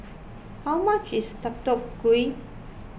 how much is Deodeok Gui